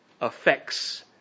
affects